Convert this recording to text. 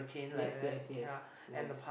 yes yes yes yes